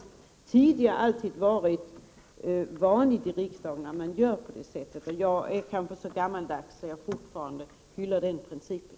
Tidigare har det varit vanligt att man gör på det sättet i riksdagen. Jag kanske är gammaldags, men jag hyllar fortfarande den principen.